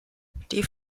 die